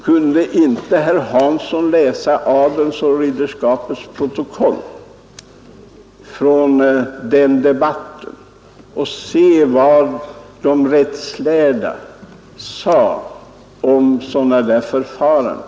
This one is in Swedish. Kunde inte herr Hansson i adelns och ridderskapets protokoll från den debatten läsa vad de rättslärda sade om sådana förfaranden?